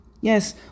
Yes